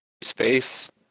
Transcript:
Space